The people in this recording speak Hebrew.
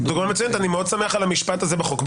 אני מאוד שמח על המשפט הזה בחוק,